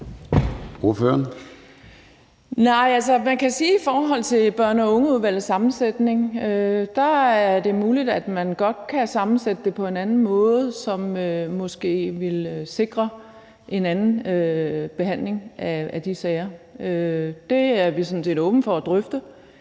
i forhold til børn og unge-udvalgets sammensætning, at det er muligt, at man godt kan sammensætte det på en anden måde, som måske vil sikre en anden behandling af de sager. Det er vi sådan set åbne over for at drøfte.